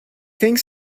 think